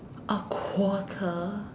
a quarter